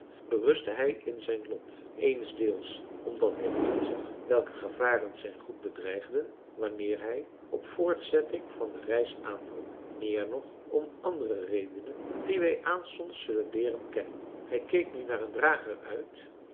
berustte hij in zijn lot eensdeels omdat hij inzag welke gevaren zijn goed bedreigden wanneer hij op voortzetting van de reis aandrong meer nog om andere redenen die wij aanstonds zullen leeren kennen hij keek nu naar een drager uit